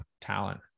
talent